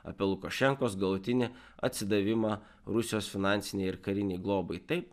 apie lukašenkos galutinį atsidavimą rusijos finansinei ir karinei globai taip